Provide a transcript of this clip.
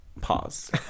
Pause